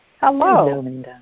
Hello